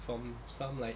from some like